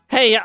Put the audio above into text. Hey